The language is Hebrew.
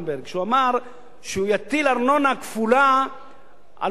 שהוא יטיל ארנונה כפולה על מחזיקי דירות רפאים.